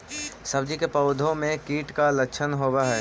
सब्जी के पौधो मे कीट के लच्छन होबहय?